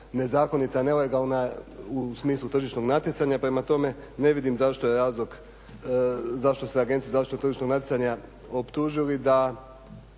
nezakonita, nelegalna u smislu tržišnog natjecanja prema tome ne vidim zašto je razlog, zašto ste Agenciju za zaštitu tržišnog natjecanja optužili da